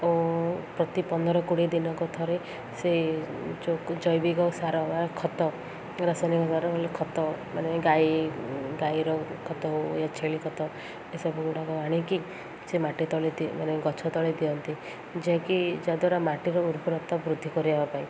ଓ ପ୍ରତି ପନ୍ଦର କୋଡ଼ିଏ ଦିନକୁ ଥରେ ସେ ଯୋଉ ଜୈବିକ ସାର ଖତ ରାସାୟନିକ ସାର ଖତ ମାନେ ଗାଈ ଗାଈର ଖତ ହଉ ଏ ଛେଳି ଖତ ଏସବୁ ଗୁଡ଼ାକ ଆଣିକି ସେ ମାଟି ତଳେ ମାନେ ଗଛ ତଳେ ଦିଅନ୍ତି ଯାକି ଯାହାଦ୍ୱାରା ମାଟିର ଉର୍ବରତା ବୃଦ୍ଧି କରିବା ପାଇଁ